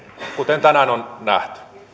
kuten tänään on nähty